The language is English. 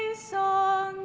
so